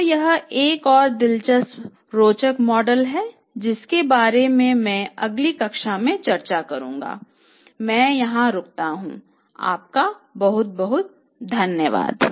तो यह एक और दिलचस्प रोचक मॉडल है जिसके बारे में मैं आपसे अगली कक्षा में चर्चा करूंगा मैं यहां रुकता हूं आपका बहुत बहुत धन्यवाद